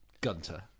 Gunter